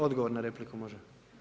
Odgovor, na repliku, može.